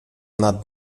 nad